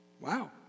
wow